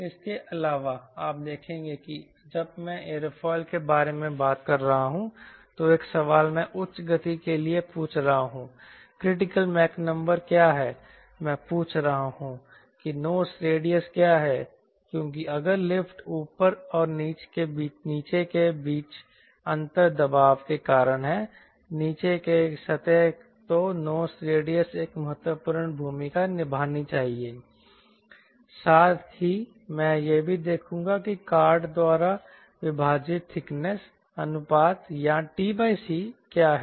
इसके अलावा आप देखेंगे कि जब मैं एयरोफाइल के बारे में बात कर रहा हूं तो एक सवाल मैं उच्च गति के लिए पूछ रहा हूं क्रिटिकल मैक नंबर क्या है मैं पूछ रहा हूं कि नोस रेडियस क्या है क्योंकि अगर लिफ्ट ऊपर और नीचे के बीच अंतर दबाव के कारण है नीचे की सतह तो नोस रेडियस एक महत्वपूर्ण भूमिका निभानी चाहिए साथ ही मैं यह भी देखूंगा कि कॉर्ड द्वारा विभाजित थिकनेस अनुपात या tc क्या है